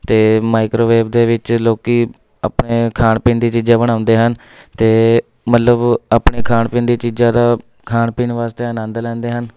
ਅਤੇ ਮਾਈਕ੍ਰੋਵੇਵ ਦੇ ਵਿੱਚ ਲੋਕ ਆਪਣੇ ਖਾਣ ਪੀਣ ਦੀਆਂ ਚੀਜ਼ਾਂ ਬਣਾਉਂਦੇ ਹਨ ਅਤੇ ਮਤਲਬ ਆਪਣੇ ਖਾਣ ਪੀਣ ਦੀਆਂ ਚੀਜ਼ਾਂ ਦਾ ਖਾਣ ਪੀਣ ਵਾਸਤੇ ਆਨੰਦ ਲੈਂਦੇ ਹਨ